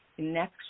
next